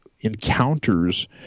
encounters